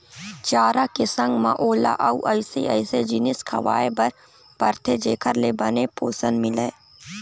चारा के संग म ओला अउ अइसे अइसे जिनिस खवाए बर परथे जेखर ले बने पोषन मिलय